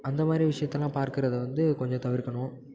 அந்த மாதிரி விஷயத்தெல்லாம் பார்க்கிறத வந்து கொஞ்சம் தவிர்க்கணும்